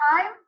time